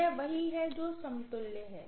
यह वही है जो समतुल्य है